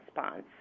response